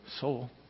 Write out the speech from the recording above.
soul